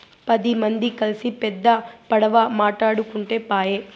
పది మంది కల్సి పెద్ద పడవ మాటాడుకుంటే పాయె